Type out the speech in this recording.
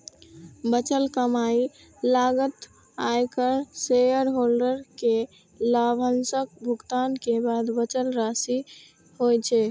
बचल कमाइ लागत, आयकर, शेयरहोल्डर कें लाभांशक भुगतान के बाद बचल राशि होइ छै